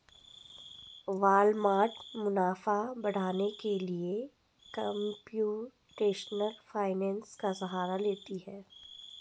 Walmart मुनाफा बढ़ाने के लिए कंप्यूटेशनल फाइनेंस का सहारा लेती है